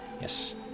yes